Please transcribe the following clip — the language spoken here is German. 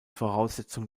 voraussetzung